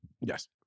Yes